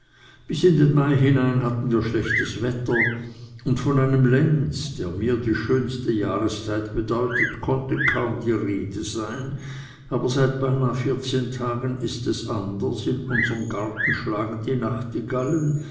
bis in den mai hinein hatten wir schlechtes wetter und von einem lenz der mir die schönste jahreszeit bedeutet konnte kaum die rede sein aber seit beinah vierzehn tagen ist es anders in unsrem garten schlagen die nachtigallen